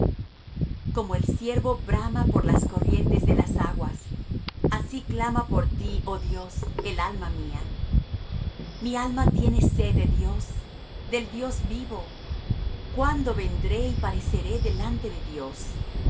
como el ciervo brama por las corrientes de las aguas así clama por ti oh dios el alma mía mi alma tiene sed de dios del dios vivo cuándo vendré y pareceré delante de dios